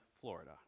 Florida